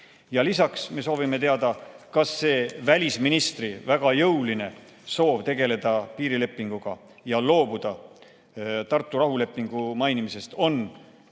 Lisaks soovime teada, kas see välisministri väga jõuline soov tegeleda piirilepinguga ja loobuda Tartu rahulepingu mainimisest on